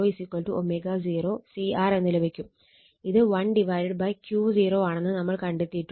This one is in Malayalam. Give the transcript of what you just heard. ഇത് 1Q0 ആണെന്ന് നമ്മൾ കണ്ടെത്തിയിട്ടുണ്ട്